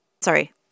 Sorry